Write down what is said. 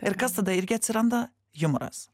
ir kas tada irgi atsiranda jumoras